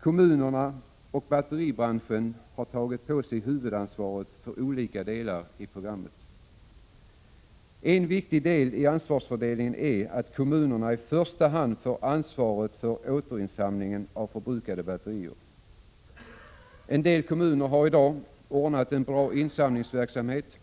Kommunerna och batteribranschen har tagit på sig huvudansvaret för olika delar i programmet. En viktig del i ansvarsfördelningen är att kommunerna i första hand får ansvaret för återinsamlingen av förbrukade batterier. En del kommuner har i dag ordnat en bra insamlingsverksamhet.